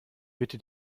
bitte